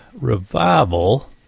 Revival